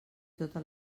tota